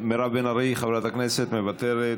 מירב בן ארי, חברת הכנסת, מוותרת,